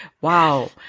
wow